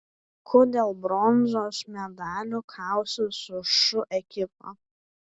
ku dėl bronzos medalių kausis su šu ekipa